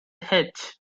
hitch